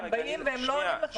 הם באים והם לא עונים לך.